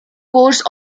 course